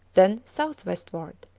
then south-westward.